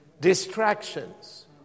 Distractions